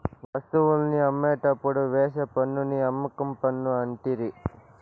వస్తువుల్ని అమ్మేటప్పుడు వేసే పన్నుని అమ్మకం పన్ను అంటిరి